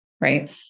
right